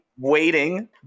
waiting